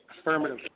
Affirmative